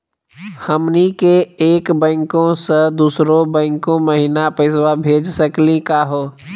हमनी के एक बैंको स दुसरो बैंको महिना पैसवा भेज सकली का हो?